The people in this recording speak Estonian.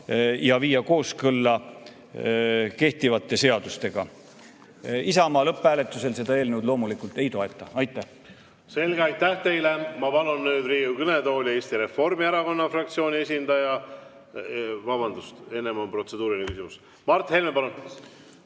ja viia selle kooskõlla kehtivate seadustega. Isamaa lõpphääletusel seda eelnõu loomulikult ei toeta. Aitäh! Selge, aitäh teile! Ma palun nüüd Riigikogu kõnetooli Eesti Reformierakonna fraktsiooni esindaja. Vabandust, enne on protseduuriline küsimus. Mart Helme, palun!